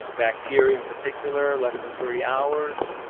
so bacteria in particular less than thirty hours,